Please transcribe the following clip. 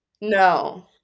No